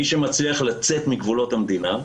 מי שמצליח לצאת מגבולות המדינה,